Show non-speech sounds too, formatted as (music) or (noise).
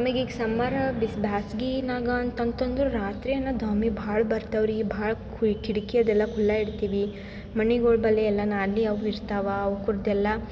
ಆಮೇಗೆ ಈಗ ಸಮ್ಮರ್ ಬಿಸಿ ಬೇಸ್ಗಿನಾಗ ಅಂತಂತಂದ್ರೆ ರಾತ್ರಿ ದ್ವಾಮಿ ಭಾಳ ಬರ್ತಾವ ರೀ ಭಾಳ (unintelligible) ಕಿಟಕಿ ಅದೆಲ್ಲ ಖುಲ್ಲ ಇಡ್ತೀವಿ ಮಣ್ಣಿಗೋಳು ಬಲೆಯಲ್ಲನ ಅಲ್ಲಿ ಅವು ಇರ್ತಾವ ಅವು ಕುಡಿದೆಲ್ಲ